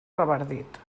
revardit